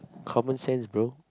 common sense bro